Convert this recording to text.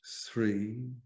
three